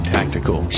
Tactical